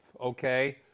okay